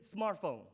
smartphone